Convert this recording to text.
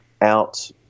out